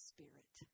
Spirit